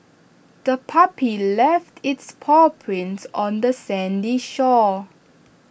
the puppy left its paw prints on the sandy shore